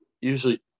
usually –